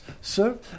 sir